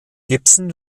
gibson